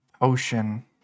ocean